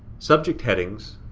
subject headings